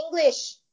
English